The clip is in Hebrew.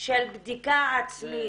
של בדיקה עצמית,